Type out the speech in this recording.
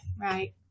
Right